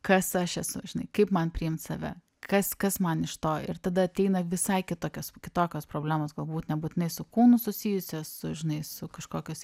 kas aš esu žinai kaip man priimt save kas kas man iš to ir tada ateina visai kitokios kitokios problemos galbūt nebūtinai su kūnu susijusios su žinai su kažkokios